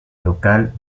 local